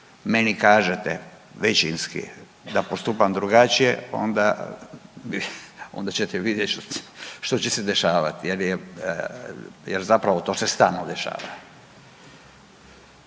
meni kažete većinski da postupam drugačije, onda ćete vidjet što će se dešavati jer zapravo to se stalno dešava.